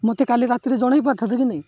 ମୋତେ କାଲି ରାତିରେ ଜଣେଇ ପାରିଥାନ୍ତ କି ନାଇଁ